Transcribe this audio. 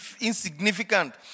insignificant